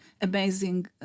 amazing